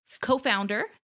co-founder